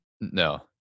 no